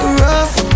rough